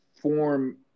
form